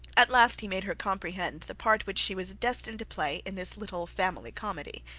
at last he made her comprehend the part which she was destined to play in this little family comedy.